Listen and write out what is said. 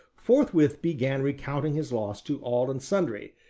forthwith began recounting his loss to all and sundry,